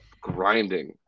grinding